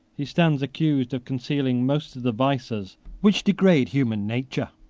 he stands accused of concealing most of the vices which degrade human nature.